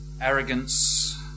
arrogance